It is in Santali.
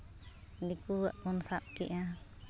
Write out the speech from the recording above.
ᱫᱤᱠᱩᱣᱟᱜ ᱵᱚᱱ ᱥᱟᱵ ᱠᱟᱫᱼᱟ